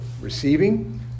receiving